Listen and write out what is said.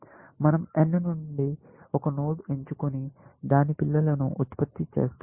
మనం n నుండి ఒక నోడ్ని ఎంచుకొని దాని పిల్లలను ఉత్పత్తి చేస్తాము